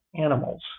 animals